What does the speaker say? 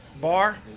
bar